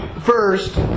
first